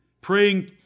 Praying